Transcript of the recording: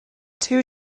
two